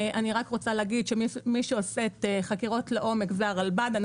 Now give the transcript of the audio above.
מי שעושה חקירות לעומק זה הרלב"ד.